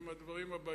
הם הדברים הבאים: